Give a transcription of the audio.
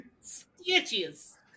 Stitches